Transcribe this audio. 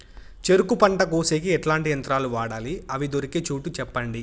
చెరుకు పంట కోసేకి ఎట్లాంటి యంత్రాలు వాడాలి? అవి దొరికే చోటు చెప్పండి?